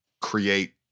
create